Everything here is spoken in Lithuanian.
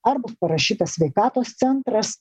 ar bus parašytas sveikatos centras